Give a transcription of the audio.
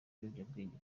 ry’ibiyobyabwenge